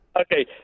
Okay